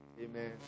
Amen